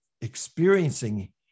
experiencing